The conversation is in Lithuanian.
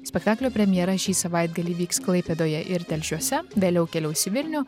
spektaklio premjera šį savaitgalį vyks klaipėdoje ir telšiuose vėliau keliaus į vilnių